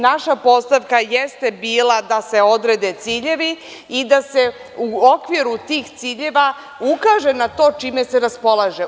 Naša postavka jeste bila da se odrede ciljevi i da se u okviru tih ciljeva ukaže na to čime se raspolaže.